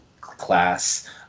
class